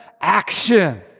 action